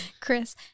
Chris